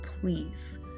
please